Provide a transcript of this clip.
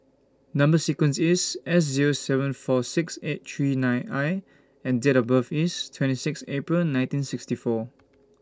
Number sequence IS S Zero seven four six eight three nine I and Date of birth IS twenty six April nineteen sixty four